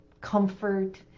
comfort